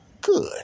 good